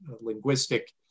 linguistic